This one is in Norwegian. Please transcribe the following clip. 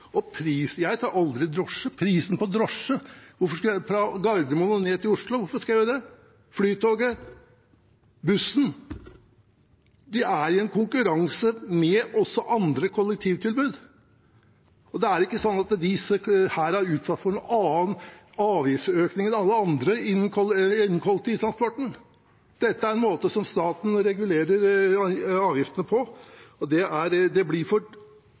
Og prisen på drosje fra Gardermoen til Oslo – jeg tar aldri drosje, hvorfor skulle jeg gjøre det? Flytoget og bussen: De er i konkurranse med andre kollektivtilbud. Det er ikke sånn at disse er utsatt for noen annen avgiftsøkning enn alle andre innen kollektivtransporten. Dette er en måte staten regulerer avgiftene på. Det blir for